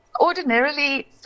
Ordinarily